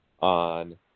on